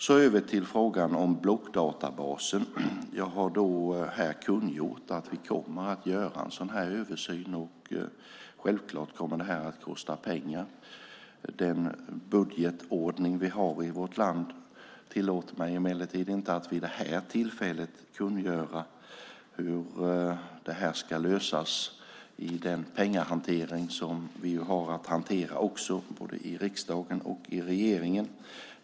När det gäller frågan om blockdatabasen har jag här kungjort att vi kommer att göra en översyn. Självklart kommer det att kosta pengar. Den budgetordning vi har i vårt land tillåter mig emellertid inte att vid detta tillfälle kungöra hur detta ska lösas i den pengahantering vi har, både i riksdagen och i regeringen.